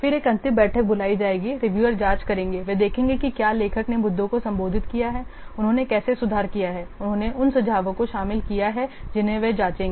फिर एक अंतिम बैठक बुलाई जाएगी रिव्यूअर जांच करेंगे वे देखेंगे कि क्या लेखक ने मुद्दों को संबोधित किया है उन्होंने कैसे सुधार किया है उन्होंने उन सुझावों को शामिल किया है जिन्हें वे जांचेंगे